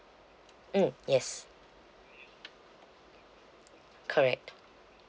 mm yes correct